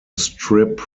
strip